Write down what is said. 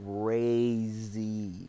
crazy